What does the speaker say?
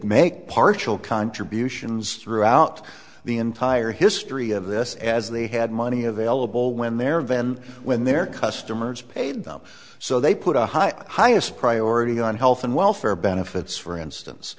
make partial contributions throughout the entire history of this as they had money available when their van when their customers paid them so they put a high highest priority on health and welfare benefits for instance